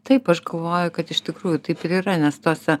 taip aš galvoju kad iš tikrųjų taip ir yra nes tuose